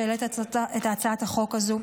שהעלית את הצעת החוק הזו.